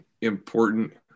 important